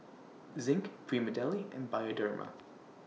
Zinc Prima Deli and Bioderma